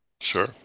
Sure